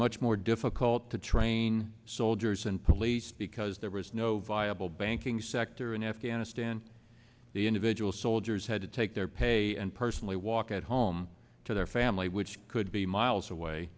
much more difficult to train soldiers and police because there was no viable banking sector in afghanistan the individual soldiers had to take their pay and personally walk at home to their family which could be miles away